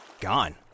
Gone